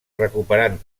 recuperant